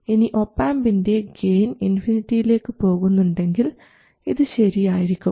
ഇനി ഒപാംപിൻറെ ഗെയിൻ ഇൻഫിനിറ്റിയിലേക്ക് പോകുന്നുണ്ടെങ്കിൽ ഇത് ശരിയായിരിക്കും